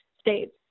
states